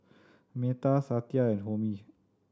Medha Satya and Homi